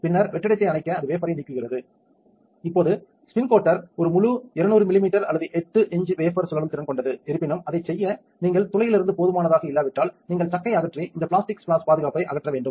பின்னர் வெற்றிடத்தை அணைக்க அது வேபர் ஐ நீக்குகிறது இப்போது ஸ்பின் கோட்டர் ஒரு முழு 200 மில்லிமீட்டர் அல்லது 8 இன்ச் வேபர் சுழலும் திறன் கொண்டது இருப்பினும் அதைச் செய்ய நீங்கள் துளையிலிருந்து போதுமானதாக இல்லாவிட்டால் நீங்கள் சக்கை அகற்றி இந்த பிளாஸ்டிக் ஸ்பிளாஸ் பாதுகாப்பை அகற்ற வேண்டும்